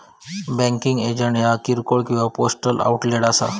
banking agent ह्या किरकोळ किंवा पोस्टल आउटलेट असा